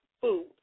food